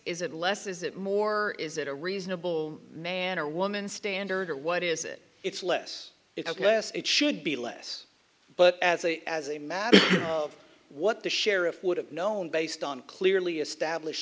is it less is it more is it a reasonable man or woman standard or what is it it's less it's ok yes it should be less but as a as a matter of what the sheriff would have known based on clearly establish